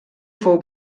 fou